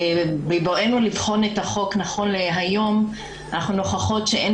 ובבואנו לבחון את החוק נכון להיום אנחנו נוכחות שאין